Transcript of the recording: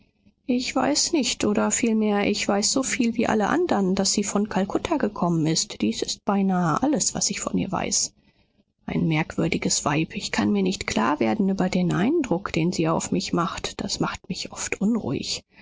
ich weiß nicht oder vielmehr ich weiß soviel wie alle anderen daß sie von kalkutta gekommen ist dies ist beinahe alles was ich von ihr weiß ein merkwürdiges weib ich kann mir nicht klar werden über den eindruck den sie auf mich macht und das macht mich oft unruhig